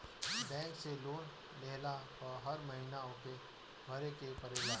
bank से loan लेहला पअ हर महिना ओके भरे के पड़ेला